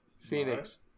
Phoenix